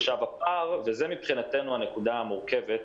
וזאת מבחינתנו הנקודה המורכבת,